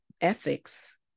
ethics